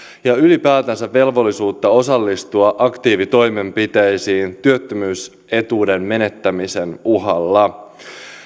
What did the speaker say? ja ylipäätänsä velvollisuutta osallistua aktiivitoimenpiteisiin työttömyysetuuden menettämisen uhalla